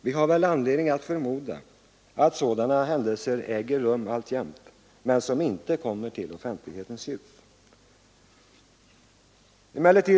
Vi har väl anledning att förmoda att sådana händelser äger rum alltjämt, men som inte kommer i offentlighetens ljus.